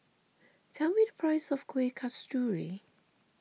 tell me the price of Kueh Kasturi